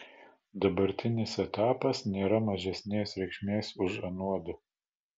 dabartinis etapas nėra mažesnės reikšmės už anuodu